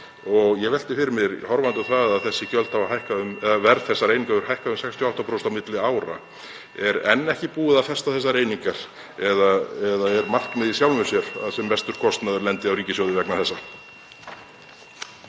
Ég velti fyrir mér, horfandi á það að verð þessara eininga hefur hækkað um 68% á milli ára: (Forseti hringir.) Er enn ekki búið að festa þessar einingar eða er markmið í sjálfu sér að sem mestur kostnaður lendi á ríkissjóði vegna þessa?